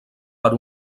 per